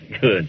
Good